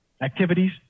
activities